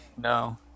no